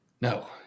no